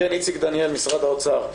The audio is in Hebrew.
איציק דניאל, משרד האוצר.